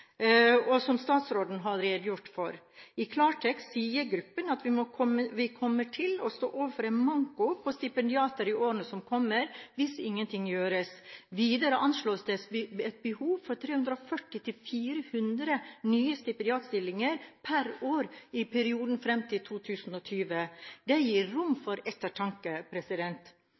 og høgskolerådet, og som statsråden har redegjort for. I klartekst sier gruppen at vi kommer til å stå overfor en manko på stipendiater i årene som kommer hvis ingenting gjøres. Videre anslås det et behov for 340–400 nye stipendiatstillinger per år i perioden fram til 2020. Det gir rom for ettertanke.